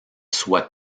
soit